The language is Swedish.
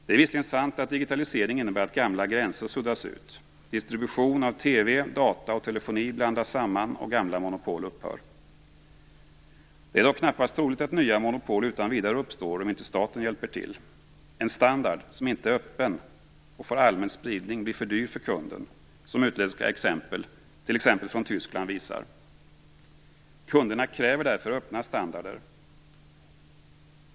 Det är visserligen sant att digitalisering innebär att gamla gränser suddas ut. Distribution av TV, data och telefoni blandas samman och gamla monopol upphör. Det är dock knappast troligt att nya monopol utan vidare uppstår, om inte staten hjälper till. En standard som inte är öppen och får allmän spridning blir för dyr för kunden, som utländska exempel från t.ex. Tyskland visar. Kunderna kräver därför öppna standarder.